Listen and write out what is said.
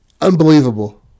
unbelievable